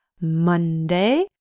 Monday